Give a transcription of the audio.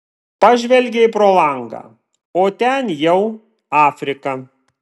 pažvelgei pro langą o ten jau afrika